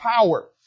power